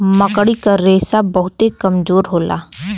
मकड़ी क रेशा बहुते कमजोर होला